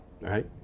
Right